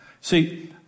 See